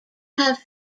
have